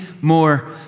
more